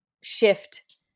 shift